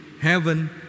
heaven